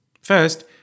First